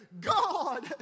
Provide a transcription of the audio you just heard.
God